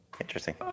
Interesting